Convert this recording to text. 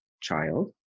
child